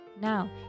Now